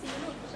הציונות.